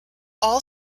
all